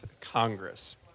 Congress